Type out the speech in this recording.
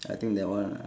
I think that one ah